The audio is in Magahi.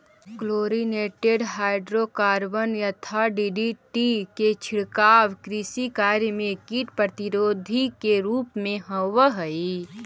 क्लोरिनेटेड हाइड्रोकार्बन यथा डीडीटी के छिड़काव कृषि कार्य में कीट प्रतिरोधी के रूप में होवऽ हई